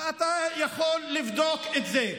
ואתה יכול לבדוק את זה.